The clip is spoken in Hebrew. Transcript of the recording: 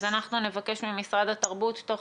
אז אנחנו נבקש ממשרד התרבות בתוך